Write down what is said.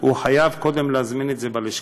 הוא חייב קודם להזמין את זה בלשכה.